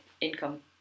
income